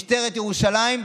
משטרת ירושלים,